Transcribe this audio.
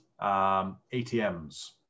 ATMs